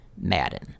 Madden